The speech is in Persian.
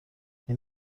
این